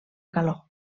calor